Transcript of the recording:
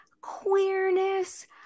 queerness